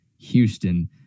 Houston